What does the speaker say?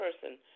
person